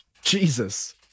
Jesus